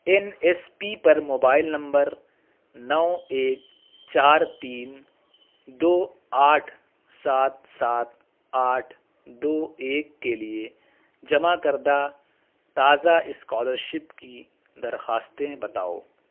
N S P پر mobile number نو ایک چار تین دو آٹھ سات سات آٹھ دو ایک کے لیے جمع کردہ تازہ اسکالر شپ کی درخواستیں بتاؤ